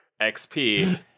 XP